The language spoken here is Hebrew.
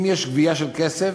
אם יש גבייה של כסף,